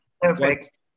perfect